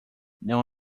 não